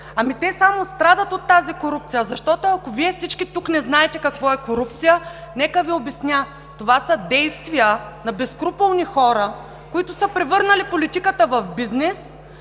Те само страдат от тази корупция, защото, ако Вие всички тук не знаете какво е корупция, нека да Ви обясня. Това са действия на безскрупулни хора, които са превърнали политиката в бизнес